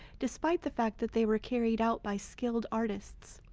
despite the fact that they were carried out by skilled artists.